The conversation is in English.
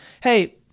Hey